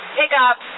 pickup